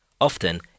often